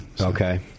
Okay